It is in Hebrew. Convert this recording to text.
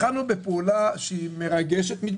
יש לי רק 21 שנות לימוד והיום בשעתיים וחצי